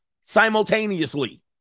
simultaneously